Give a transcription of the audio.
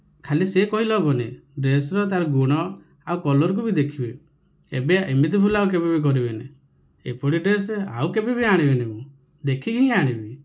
ଖାଲି ସେ କହିଲେ ହେବ ନାହିଁ ଡ୍ରେସର ତାର ଗୁଣ ଆଉ କଲର୍ କୁ ବି ଦେଖିବି ଏବେ ଏମିତି ଭୁଲ ଆଉ କେବେ ବି କରିବି ନାହିଁ ଏପରି ଡ୍ରେସ ଆଉ କେବେ ବି ଆଣିବି ନାହିଁ ମୁଁ ଦେଖିକି ହିଁ ଆଣିବି